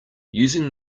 using